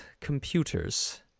computers